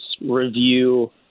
Review